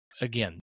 again